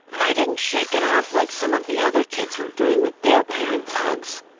and i didn't shake it off like some of the other kids were doing with their parents' hugs.